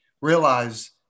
realize